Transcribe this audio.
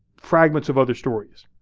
fragments of other stories.